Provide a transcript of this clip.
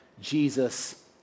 jesus